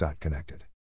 Connected